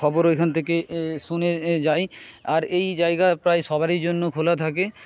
খবর ওইখান থেকে শুনে যায় আর এই জায়গা প্রায় সবারই জন্য খোলা থাকে